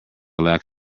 lack